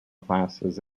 classes